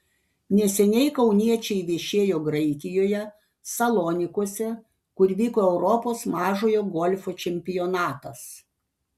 neseniai kauniečiai viešėjo graikijoje salonikuose kur vyko europos mažojo golfo čempionatas